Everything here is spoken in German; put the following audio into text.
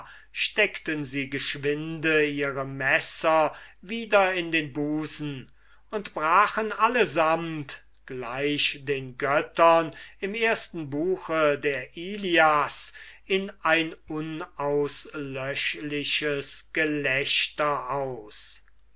steckten sie geschwinde ihre messer wieder in den busen und brachen allesamt gleich den göttern im ersten buch der ilias in ein unauslöschliches gelächter aus